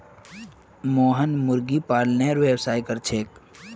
मोहन मुर्गी पालनेर व्यवसाय कर छेक